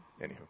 anywho